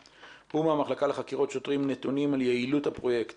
ומהמחלקה לחקירות שוטרים נתונים על יעילות הפרויקט